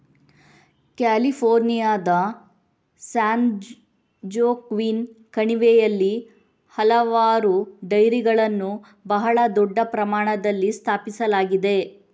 ಕ್ಯಾಲಿಫೋರ್ನಿಯಾದ ಸ್ಯಾನ್ಜೋಕ್ವಿನ್ ಕಣಿವೆಯಲ್ಲಿ ಹಲವಾರು ಡೈರಿಗಳನ್ನು ಬಹಳ ದೊಡ್ಡ ಪ್ರಮಾಣದಲ್ಲಿ ಸ್ಥಾಪಿಸಲಾಗಿದೆ